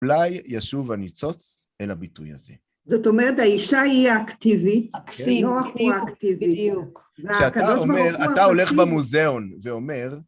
אולי ישוב הניצוץ אל הביטוי הזה. זאת אומרת, האישה היא אקטיבית, כפי נוח הוא אקטיבי. כשאתה אומר, אתה הולך במוזיאון ואומר...